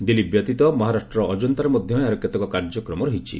ଦିଲ୍ଲୀ ବ୍ୟତୀତ ମହାରାଷ୍ଟ୍ରର ଅଜନ୍ତାରେ ମଧ୍ୟ ଏହାର କେତେକ କାର୍ଯ୍ୟକ୍ରମ ରହିଛି